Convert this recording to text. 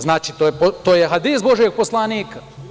Znači, to je hadis božijeg poslanika.